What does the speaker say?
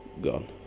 ...gone